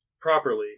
properly